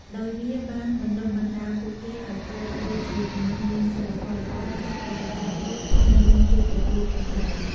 ដោយវាបានបណ្ដុះបណ្ដាលពួកគេឲ្យក្លាយទៅជាមនុស្សមានសីលធម៌ល្អ ចេះគោរពចាស់ទុំ និងមានភាពទទួលខុសត្រូវ។